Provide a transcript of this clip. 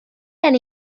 gen